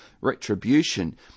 retribution